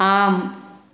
ஆம்